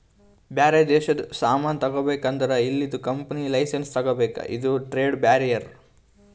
ಬ್ಯಾರೆ ದೇಶದು ಸಾಮಾನ್ ತಗೋಬೇಕ್ ಅಂದುರ್ ಇಲ್ಲಿದು ಕಂಪನಿ ಲೈಸೆನ್ಸ್ ತಗೋಬೇಕ ಇದು ಟ್ರೇಡ್ ಬ್ಯಾರಿಯರ್